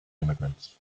immigrants